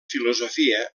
filosofia